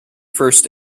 first